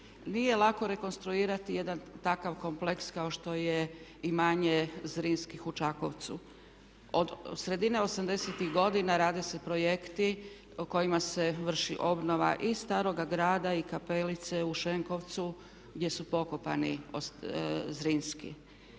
nije lako rekonstruirati jedan takav kompleks kao što je imanje Zrinskih u Čakovcu. Od sredine '80.-tih godina rade se projekti kojima se vrši obnova i staroga grada i kapelice u Šenkovcu gdje su pokopani Zrinski.